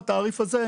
היום.